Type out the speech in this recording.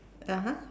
(uh huh)